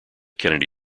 kennedy